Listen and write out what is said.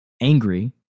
angry